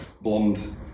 blonde